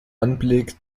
anblick